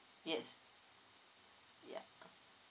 yes yeah